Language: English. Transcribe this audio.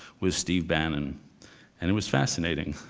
with steve bannon and it was fascinating.